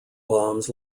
bombs